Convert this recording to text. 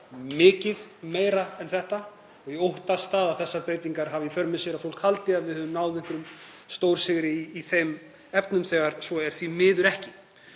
mikið meira, og ég óttast að þessar breytingar hafi í för með sér að fólk haldi að við höfum náð einhverjum stórsigri í þeim efnum þegar svo er því miður ekki.